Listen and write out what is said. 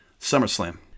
SummerSlam